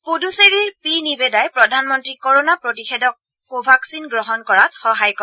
পুডুচেৰীৰ P নিৱেদাই প্ৰধানমন্ত্ৰীক corona প্ৰতিষেধক কোভাক্সিন গ্ৰহণ কৰাত সহায় কৰে